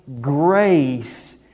grace